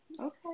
Okay